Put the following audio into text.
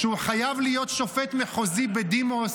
שהוא חייב להיות שופט מחוזי בדימוס,